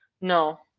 No